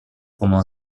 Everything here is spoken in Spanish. como